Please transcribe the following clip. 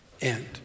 end